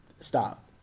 stop